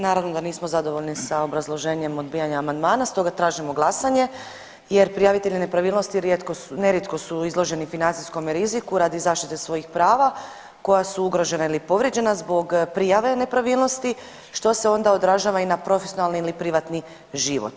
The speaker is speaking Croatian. Naravno da nismo zadovoljni sa obrazloženjem odbijanja amandmana stoga tražimo glasanje jer prijavitelji nepravilnosti rijetko su, nerijetko su izloženi financijskom riziku radi zaštite svojih prava koja su ugrožena ili povrijeđena zbog prijave nepravilnosti što se onda odražava i na profesionalni ili privatni život.